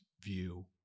view